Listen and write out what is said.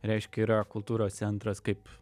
reiškia yra kultūros centras kaip